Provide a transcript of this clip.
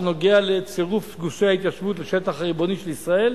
שנוגע לצירוף גושי ההתיישבות לשטח הריבוני של ישראל,